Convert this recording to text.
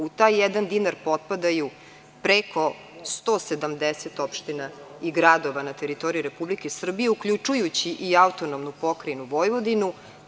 U taj jedan dinar potpadaju preko 170 opština i gradova na teritoriji Republike Srbije, uključujući i AP Vojvodinu.